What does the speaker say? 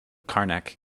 karnak